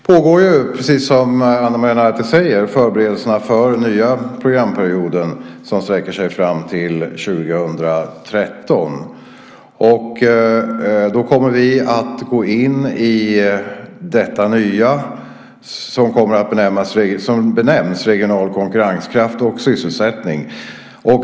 Fru talman! Precis som Ana Maria Narti säger pågår nu förberedelser för den nya programperioden. Den sträcker sig fram till 2013. Vi kommer att gå in i det nya som benämns regional konkurrenskraft och sysselsättning.